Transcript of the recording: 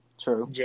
True